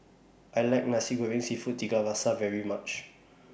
I like Nasi Goreng Seafood Tiga Rasa very much